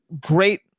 Great